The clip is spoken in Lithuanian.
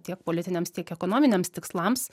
tiek politiniams tiek ekonominiams tikslams